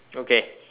okay